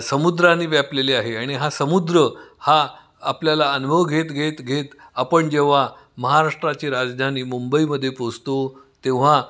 समुद्राने व्यापलेले आहे आणि हा समुद्र हा आपल्याला अनुभव घेत घेत घेत आपण जेव्हा महाराष्ट्राची राजधानी मुंबईमध्ये पोचतो तेव्हा